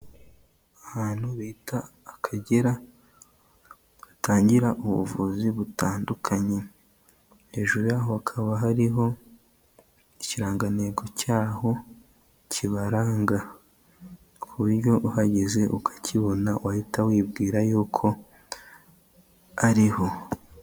Ahantu bita Akagera batangira ubuvuzi butandukanye, hejuru yaho hakaba hariho ikirangantego cyaho kibaranga ku buryo uhageze ukakibona wahita wibwira yuko ariho.